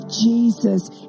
Jesus